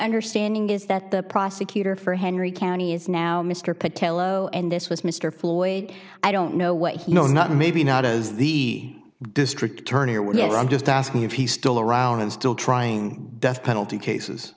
understanding is that the prosecutor for henry county is now mr patel oh and this was mr floyd i don't know what he know not maybe not as the district attorney or we have i'm just asking if he's still around and still trying death penalty cases